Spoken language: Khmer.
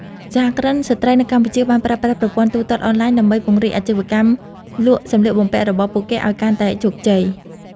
សហគ្រិនស្ត្រីនៅកម្ពុជាបានប្រើប្រាស់ប្រព័ន្ធទូទាត់អនឡាញដើម្បីពង្រីកអាជីវកម្មលក់សម្លៀកបំពាក់របស់ពួកគេឱ្យកាន់តែជោគជ័យ។